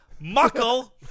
Muckle